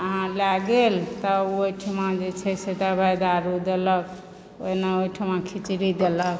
अहाँ लय गेल तभ ओहिठाम जे छै से दबाइ दारू देलक ओहिना ओहिठाम खिचड़ी देलक